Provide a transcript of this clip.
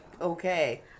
okay